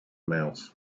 mouse